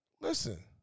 Listen